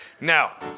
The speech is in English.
Now